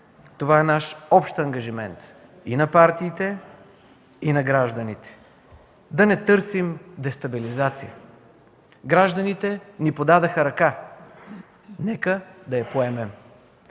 Това е наш общ ангажимент – и на партиите, и на гражданите, да не търсим дестабилизация. Гражданите ни подадоха ръка, нека да я поемем.